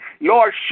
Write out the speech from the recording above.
Lord